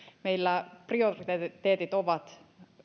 meillä prioriteetit ovat